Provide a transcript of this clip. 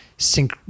sync